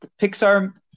Pixar